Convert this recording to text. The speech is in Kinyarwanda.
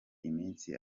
iminsi